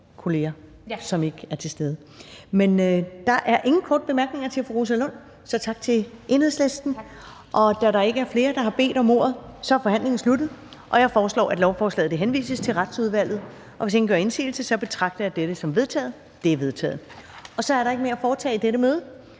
kolleger, som ikke er til stede. Men der er ingen korte bemærkninger til fru Rosa Lund, så tak til Enhedslisten. Da der ikke er flere, der har bedt om ordet, er forhandlingen sluttet. Jeg foreslår, at lovforslaget henvises til Retsudvalget. Og hvis ingen gør indsigelse, betragter jeg dette som vedtaget. Det er vedtaget. --- Kl. 16:39 Meddelelser fra formanden